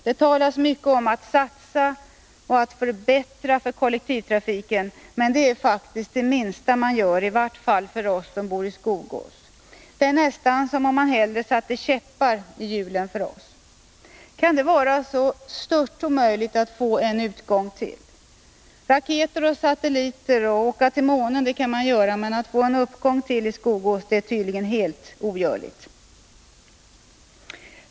Det talas mycket om att satsa och förbättra för kollektivtrafiken — men det är faktiskt det minsta man gör, i vart fall för oss som bor i Skogås. Det är nästan som om man hellre satte käppar i hjulen för oss. Kan det vara så stört omöjligt att få en utgång till? Skicka upp raketer och satelliter och åka till månen kan man göra, men att få en utgång till i Skogås är tydligen helt ogörligt.